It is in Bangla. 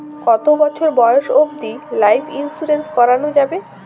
কতো বছর বয়স অব্দি লাইফ ইন্সুরেন্স করানো যাবে?